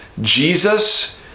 Jesus